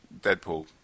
Deadpool